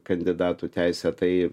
kandidatų teisę tai